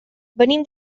venim